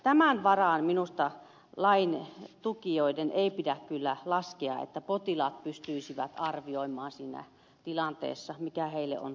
tämän varaan minusta lain tukijoiden ei pidä kyllä laskea että potilaat pystyisivät arvioimaan siinä tilanteessa mikä heille on parasta